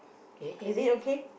can you hear me